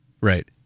right